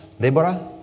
Deborah